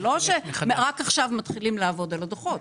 זה לא שרק עכשיו מתחילים לעבוד על הדוחות.